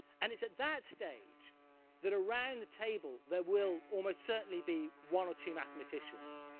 and it's at that stage that around the table there will almost certainly be one or two mathematicians.